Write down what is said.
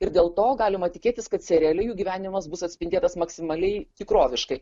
ir dėl to galima tikėtis kad seriale jų gyvenimas bus atspindėtas maksimaliai tikroviškai